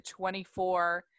24